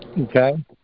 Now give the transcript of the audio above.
Okay